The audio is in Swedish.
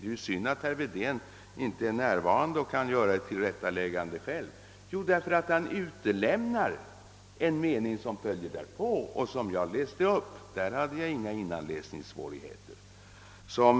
Det är synd att herr Wedén inte är närvarande nu och inte själv kan göra ett tillrättaläggande. Jo, herr Ahlmark kom till den slutsatsen därför att han utelämnade den följande meningen, alltså den som jag läste upp. Där hade jag inga innanläsningssvårigheter.